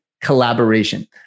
collaboration